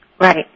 Right